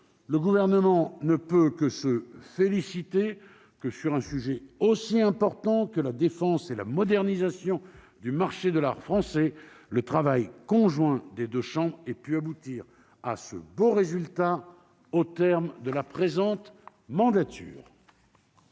Le Gouvernement ne peut que se féliciter que, sur un sujet aussi important que la défense et la modernisation du marché de l'art français, le travail conjoint des deux assemblées ait pu aboutir à ce beau résultat, au terme de l'actuelle mandature.